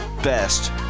Best